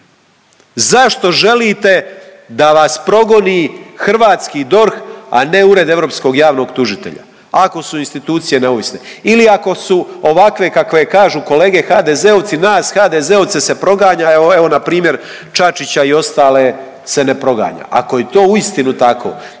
Zašto želite da vas progoni hrvatski DORH, a ne Ured europskog javnog tužitelja ako su institucije neovisne ili ako su ovakve kakve kažu kolege HZD-ovci, nas HDZ-ovce se proganja, evo npr. Čačića i ostale se ne proganja? Ako je to uistinu tako